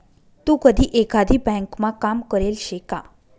तू कधी एकाधी ब्यांकमा काम करेल शे का?